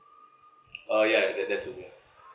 uh ya that that will be all